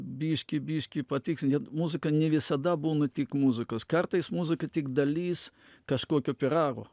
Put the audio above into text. biškį biškį patikslint net muzika ne visada būna tik muzikos kartais muzika tik dalis kažkokio pyrago